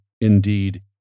indeed